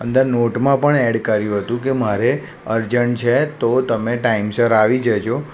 અંદર નોટમાં પણ એડ કર્યું હતું કે મારે અર્જંટ છે તો તમે ટાઈમસર આવી જજો